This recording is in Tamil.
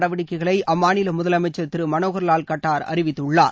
நடவடிக்கைகளை அம்மாநில முதலமைச்சர் திரு மனோகர் லால் கட்டார் அறிவித்துள்ளார்